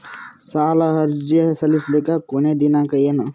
ಸಾಲ ಅರ್ಜಿ ಸಲ್ಲಿಸಲಿಕ ಕೊನಿ ದಿನಾಂಕ ಏನು?